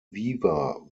weaver